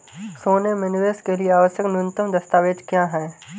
सोने में निवेश के लिए आवश्यक न्यूनतम दस्तावेज़ क्या हैं?